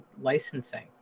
licensing